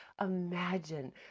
imagine